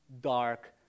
dark